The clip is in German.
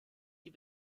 die